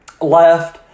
left